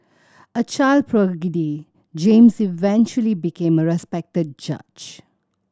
a child prodigy James eventually became a respected judge